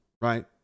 right